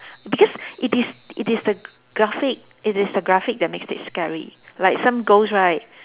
because it is it is the graphic it is the graphic that makes it scary like some ghost right